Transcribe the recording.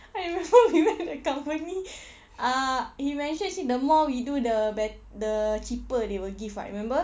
I remember we when to the company uh he mentioned actually the more we do the bet~ the cheaper they will give [what] remember